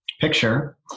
picture